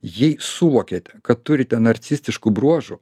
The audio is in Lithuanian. jei suvokėte kad turite narcistiškų bruožų